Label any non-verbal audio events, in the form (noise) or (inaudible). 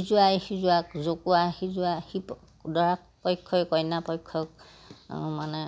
ইজোৱাই সিজোৱাক জোকোৱা সিজোৱা (unintelligible) দৰা পক্ষই কইনা পক্ষক মানে